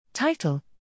Title